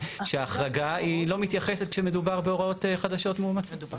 שההחרגה היא לא מתייחסת כשמדובר בהוראות חדשות מאומצות.